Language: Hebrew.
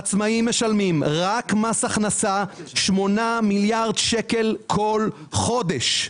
העצמאים משלמים רק מס הכנסה 8 מיליארד שקל כל חודש.